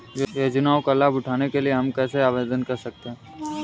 योजनाओं का लाभ उठाने के लिए हम कैसे आवेदन कर सकते हैं?